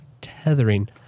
tethering